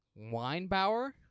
Weinbauer